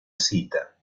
cita